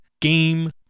game